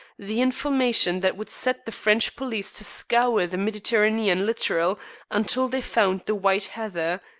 the information that would set the french police to scour the mediterranean littoral until they found the white heather.